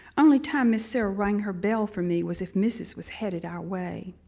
only time miss sarah rang her bell for me was if missus was heading our way.